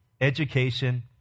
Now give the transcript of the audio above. education